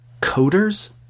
Coders